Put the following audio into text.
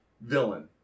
villain